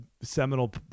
seminal